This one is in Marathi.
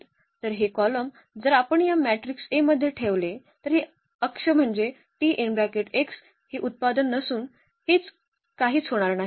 तर हे कॉलम जर आपण या मॅट्रिक्स A मध्ये ठेवले तर हे अक्ष म्हणजे हे उत्पादन नसून हे काहीच होणार नाही